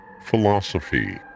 philosophy